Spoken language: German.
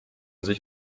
sich